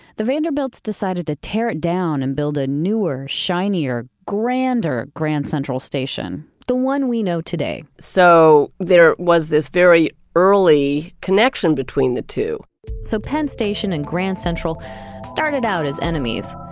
the vanderbilts decided to tear it down and build a newer, shinier grand or grand central station. the one we know today so there was this very early connection between the two so penn station and grand central started out as enemies,